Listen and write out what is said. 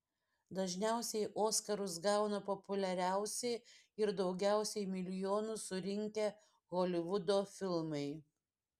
dažniausiai oskarus gauna populiariausi ir daugiausiai milijonų surinkę holivudo filmai